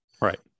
Right